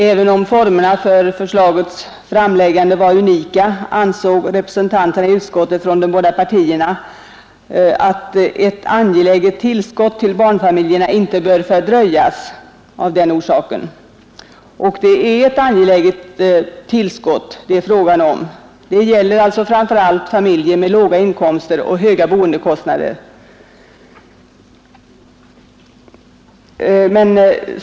Även om formerna för förslagets framläggande var unika ansåg de båda partiernas representanter i utskottet att ”ett angeläget tillskott till barnfamiljerna inte bör fördröjas”. Det är ett angeläget tillskott det är fråga om. Det gäller framför allt familjer med låga inkomster och höga boendekostnader.